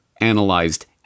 analyzed